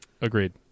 Agreed